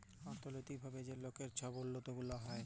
অথ্থলৈতিক ভাবে যে লকের ছব উল্লতি গুলা হ্যয়